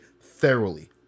thoroughly